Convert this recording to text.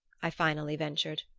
i finally ventured.